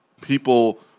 people